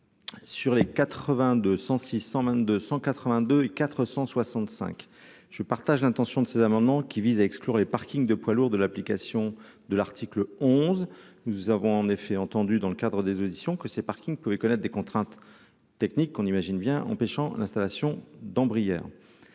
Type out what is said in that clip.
sur les 82 100 622 182 et 465 je partage l'intention de ces amendements, qui vise à exclure les parkings de poids-lourds de l'application de l'article onze nous avons en effet entendu dans le cadre des auditions que ces parkings pouvait connaître des contraintes techniques qu'on imagine bien, empêchant l'installation d'Brière